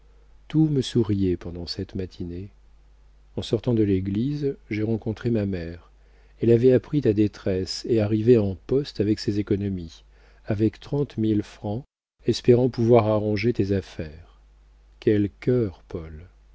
tout me souriait pendant cette matinée en sortant de l'église j'ai rencontré ma mère elle avait appris ta détresse et arrivait en poste avec ses économies avec trente mille francs espérant pouvoir arranger tes affaires quel cœur paul